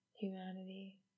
humanity